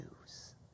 news